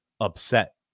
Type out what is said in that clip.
upset